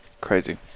Crazy